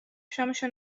شامشو